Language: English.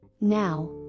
Now